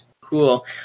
cool